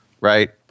right